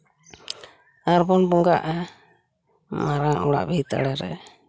ᱟᱨ ᱵᱚᱱ ᱵᱚᱸᱜᱟᱜᱼᱟ ᱢᱟᱨᱟᱝ ᱚᱲᱟᱜ ᱵᱷᱤᱛᱟᱹᱨ ᱨᱮ